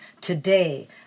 today